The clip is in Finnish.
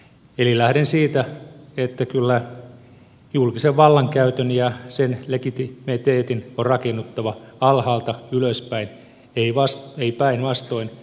eli lähden siitä että kyllä julkisen vallankäytön ja sen legitimiteetin on rakennuttava alhaalta ylöspäin ei päinvastoin